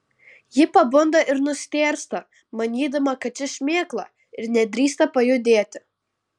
ji pabunda ir nustėrsta manydama kad čia šmėkla ir nedrįsta pajudėti